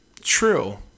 true